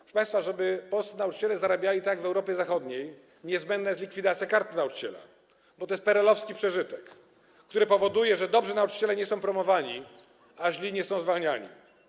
Proszę państwa, żeby polscy nauczyciele zarabiali tak jak zarabia się w Europie Zachodniej, niezbędna jest likwidacja Karty Nauczyciela, bo to jest peerelowski przeżytek, który powoduje, że dobrzy nauczyciele nie są promowani, a źli nie są zwalniani.